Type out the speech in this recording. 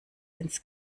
ins